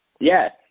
Yes